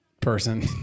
person